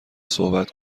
صحبت